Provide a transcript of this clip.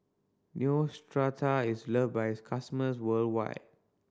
neostrata is love by its customers worldwide